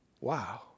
wow